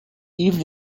even